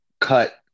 cut